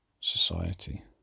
society